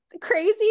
crazy